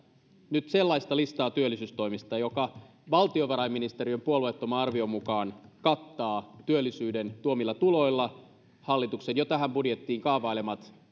nyt sellaista listaa työllisyystoimista joka valtiovarainministeriön puolueettoman arvion mukaan kattaa työllisyyden tuomilla tuloilla hallituksen jo tähän budjettiin kaavailemat